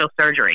surgery